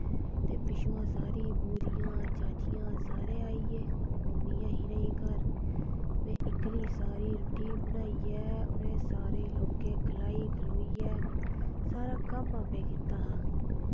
ते पिच्छुआं सारी बूजियां चाचियां सारे आई गे मम्मी ऐ ही नेईं ही घर में इक्कली सारी रुट्टी बनाइयै उ'नें सारें लोकें खलाई खुलाइयै सारा कम्म आपूं कीता हा